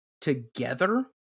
together